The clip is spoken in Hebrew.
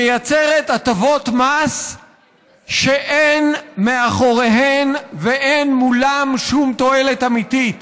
מייצרת הטבות מס שאין מאחוריהן ואין מולן שום תועלת אמיתית.